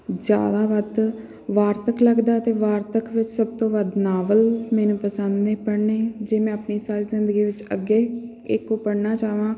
ਜ਼ਿਆਦਾ ਵੱਧ ਵਾਰਤਕ ਲੱਗਦਾ ਅਤੇ ਵਾਰਤਕ ਵਿੱਚ ਸਭ ਤੋਂ ਵੱਧ ਨਾਵਲ ਮੈਨੂੰ ਪਸੰਦ ਨੇ ਪੜ੍ਹਨੇ ਜੇ ਮੈਂ ਆਪਣੀ ਸਾਰੀ ਜ਼ਿੰਦਗੀ ਵਿੱਚ ਅੱਗੇ ਇਕ ਉਹ ਪੜ੍ਹਨਾ ਚਾਹਵਾਂ